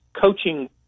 coaching